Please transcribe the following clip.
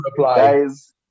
Guys